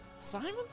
Simon